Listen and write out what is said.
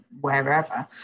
wherever